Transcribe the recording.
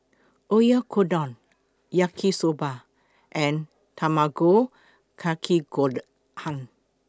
Oyakodon Yaki Soba and Tamago Kake Gohan